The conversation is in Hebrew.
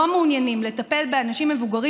לא מעוניינים לטפל באנשים מבוגרים,